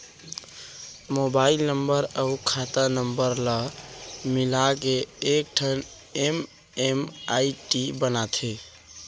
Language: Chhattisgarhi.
मोबाइल नंबर अउ खाता नंबर ल मिलाके एकठन एम.एम.आई.डी बनाथे